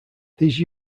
these